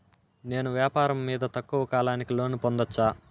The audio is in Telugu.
నేను వ్యాపారం మీద తక్కువ కాలానికి లోను పొందొచ్చా?